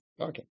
okay